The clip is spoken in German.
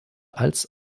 als